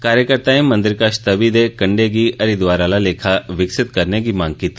कार्जकर्ताएं मंदर कश तवी दे कंडे गी हरिद्वार आला लेखा विकसित करने दी मंग कीती